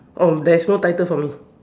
oh there's no title for me